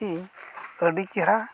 ᱟᱹᱰᱤ ᱪᱮᱨᱦᱟ